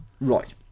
Right